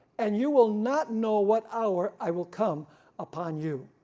and you will not know what hour i will come upon you.